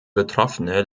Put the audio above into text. betroffene